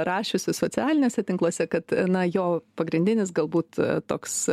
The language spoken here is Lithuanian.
rašiusi socialiniuose tinkluose kad na jo pagrindinis galbūt toks